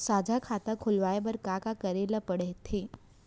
साझा खाता खोलवाये बर का का करे ल पढ़थे?